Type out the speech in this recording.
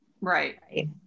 Right